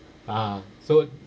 ah so